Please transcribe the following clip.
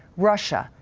russia,